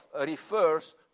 refers